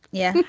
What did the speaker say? yeah.